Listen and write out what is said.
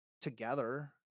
together